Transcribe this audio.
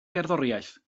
gerddoriaeth